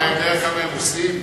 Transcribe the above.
אתה יודע כמה הם עושים?